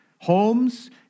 homes